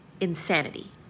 insanity